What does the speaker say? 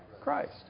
Christ